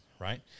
Right